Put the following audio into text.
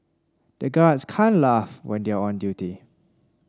the guards can't laugh when they are on duty